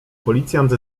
policjant